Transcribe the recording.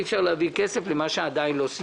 אי אפשר להביא כסף למה שעדיין לא סיכמו.